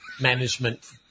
management